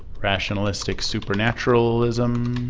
rationalistic supernaturalism